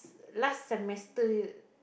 last semester's